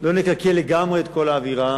לא נקלקל לגמרי את כל האווירה,